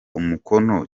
umukono